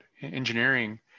Engineering